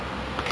it was